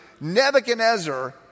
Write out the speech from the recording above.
Nebuchadnezzar